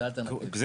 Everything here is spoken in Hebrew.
אבל,